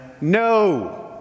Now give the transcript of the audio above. no